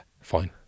fine